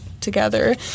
together